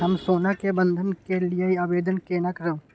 हम सोना के बंधन के लियै आवेदन केना करब?